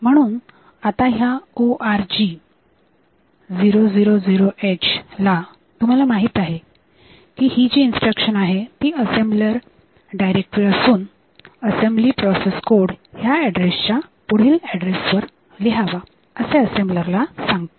म्हणून आता ह्या ओआरजी 0000h ला तुम्हाला माहित आहे की ही जी इन्स्ट्रक्शन आहे ती असेंबलर डायरेक्टरी असून असेंबली प्रोसेस कोड ह्या ऍड्रेसच्या पुढील ऍड्रेस वर लिहावा असे असेंबलर ला सांगते